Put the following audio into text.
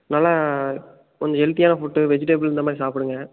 நல்லா கொஞ்சம் ஹெல்தியான ஃபுட்டு வெஜிடபுள் இந்த மாதிரி சாப்பிடுங்க